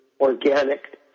organic